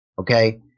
Okay